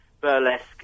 burlesque